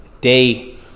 day